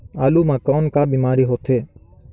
आलू म कौन का बीमारी होथे?